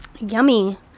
Yummy